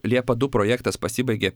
liepa du projektas pasibaigė